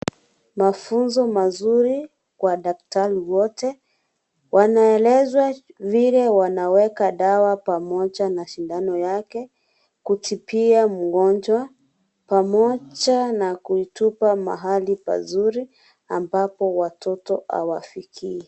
Mafunzo mazuri kwa daktari wote. Wanaelezwa vile wanaweka dawa pamoja na shindano yake kutibia mgonjwa. Pamoja na kuitupa mahali pazuri ambapo watoto hawafikii.